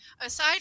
Aside